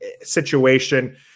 situation